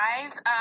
guys